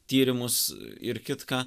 tyrimus ir kitką